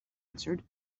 answered